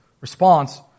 response